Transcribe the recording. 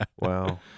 Wow